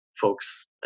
folks